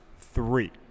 three